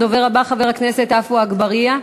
הדובר הבא, חבר הכנסת עפו אגבאריה,